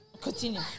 continue